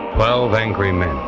twelve angry men.